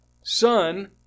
Son